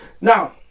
Now